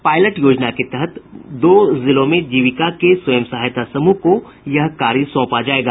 pilot योजना के तहत दो जिलों में जीविका के स्वयं सहायता समूह को यह कार्य सौंपा जायेगा